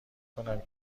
کنم